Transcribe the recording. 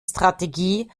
strategie